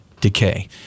decay